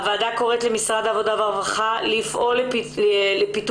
הוועדה קוראת למשרד העבודה והרווחה לפעול לפיתוח